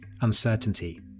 uncertainty